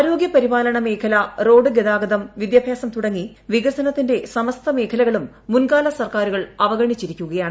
ആരോഗൃ പരിപാലന മേഖല റോഡ് ഗതാഗതം വിദ്യാഭ്യാസം തുടങ്ങി വികസനത്തിന്റെ സമസ്ത മേഖലകളും മുൻകാല സർക്കാരുകൾ അവഗണിച്ചിരിക്കുകയാണ്